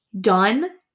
Done